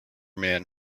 man